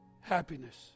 happiness